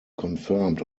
confirmed